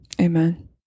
Amen